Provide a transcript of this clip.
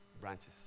branches